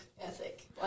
ethic